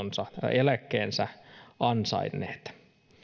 eläkkeensä ansainneet